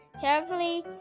Carefully